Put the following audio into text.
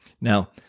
Now